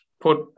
put